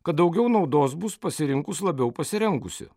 kad daugiau naudos bus pasirinkus labiau pasirengusį